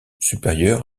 supérieur